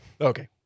Okay